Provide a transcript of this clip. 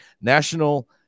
National